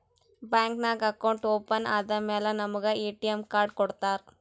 bank ನಾಗ್ account open ಆದಮ್ಯಾಲ ನಮುಗ ಎ.ಟಿ.ಎಮ್ ಕಾರ್ಡ್ ಕೊಡ್ತಾರ್